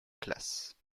classe